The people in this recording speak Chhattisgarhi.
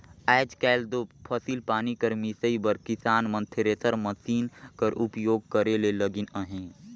आएज काएल दो फसिल पानी कर मिसई बर किसान मन थेरेसर मसीन कर उपियोग करे मे लगिन अहे